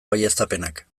baieztapenak